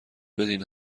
بدین